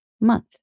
month